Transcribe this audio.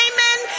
Amen